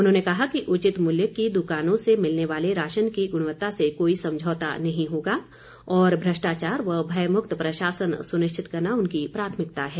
उन्होंने कहा कि उचित मूल्य की दुकानों से मिलने वाले राशन की गुणवत्ता से कोई समझौता नहीं होगा और भ्रष्टाचार व भयमुक्त प्रशासन सुनिश्चित करना उनकी प्राथमिकता है